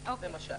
למשל.